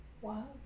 Wow